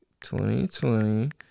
2020